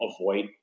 avoid